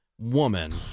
woman